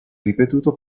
ripetuto